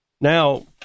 Now